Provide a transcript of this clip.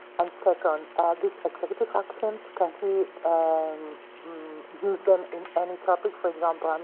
and second, these executive actions can he and um use them in any topic? for example,